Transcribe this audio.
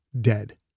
dead